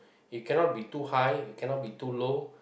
you cannot be too high you cannot be too low